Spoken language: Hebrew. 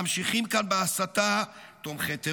ממשיכים כאן בהסתה תומכי טרור,